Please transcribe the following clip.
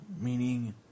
meaning